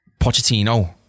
Pochettino